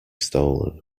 stolen